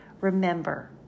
Remember